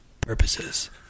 Purposes